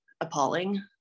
appalling